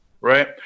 right